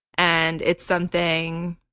and it's something